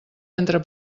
entre